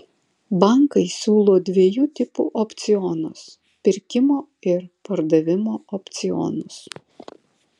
bankai siūlo dviejų tipų opcionus pirkimo ir pardavimo opcionus